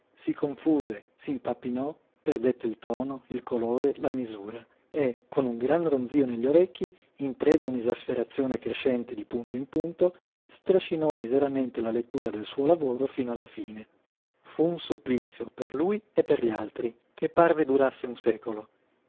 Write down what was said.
si confuse s'impappinò perdette il tono il colore la misura e con un gran ronzío negli orecchi in preda a una esasperazione crescente di punto in punto strascinò miseramente la lettura del suo lavoro fino alla fine fu un supplizio per lui e per gli altri che parve durasse un secolo